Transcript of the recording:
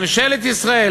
ממשלת ישראל,